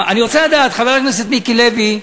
אני רוצה לדעת, חבר הכנסת מיקי לוי,